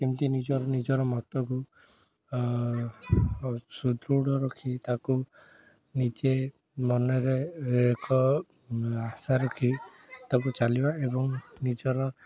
କେମିତି ନିଜର ନିଜର ମତକୁ ସୁଦୃଢ଼ ରଖି ତାକୁ ନିଜେ ମନରେ ଏକ ଆଶା ରଖି ତାକୁ ଚାଲିବା ଏବଂ ନିଜର